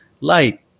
light